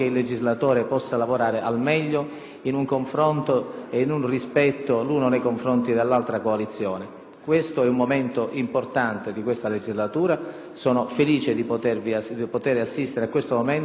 Questo è un momento importante di questa legislatura, sono felice di poter assistere a questo momento e di poter presiedere questa Assemblea, e di questo vi sono grato.